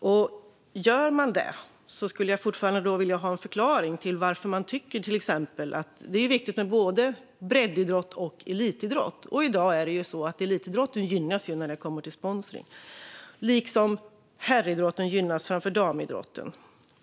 Om man gör det skulle jag vilja ha en förklaring till varför man tycker det. Det är viktigt med både breddidrott och elitidrott, men i dag gynnas elitidrotten när det gäller sponsring liksom herridrotten gynnas framför damidrotten.